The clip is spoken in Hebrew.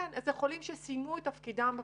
כן, אלה חולים שסיימו את תפקידם בפנימית.